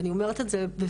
אני אומרת את זה במפורש.